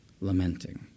lamenting